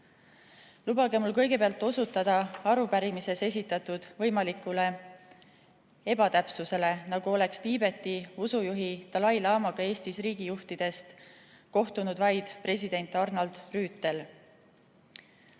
Lubage mul kõigepealt osutada arupärimises esitatud võimalikule ebatäpsusele, nagu oleks Tiibeti usujuhi dalai-laamaga Eesti riigijuhtidest kohtunud vaid president Arnold Rüütel.